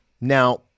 Now